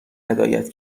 هدایت